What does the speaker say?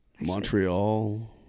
Montreal